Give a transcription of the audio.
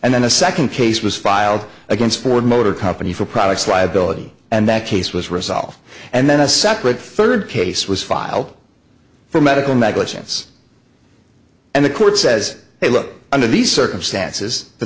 and then a second case was filed against ford motor company for products liability and that case was resolved and then a separate third case was filed for medical negligence and the court says hey look under these circumstances the